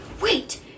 Wait